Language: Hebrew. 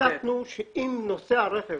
החלטנו שאם נוסע הרכב